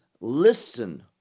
listen